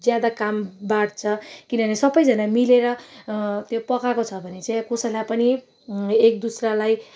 ज्यादा काम बाँड्छ किनभने सबैजाना मिलेर त्यो पकाएको छ भने चाहिँ कसैलाई पनि एक दुस्रालाई